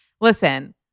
listen